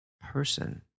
person